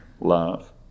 love